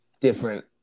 different